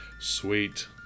Sweet